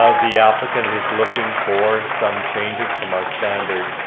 ah the applicant is looking for some changes from our standard